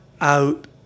out